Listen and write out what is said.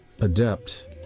adept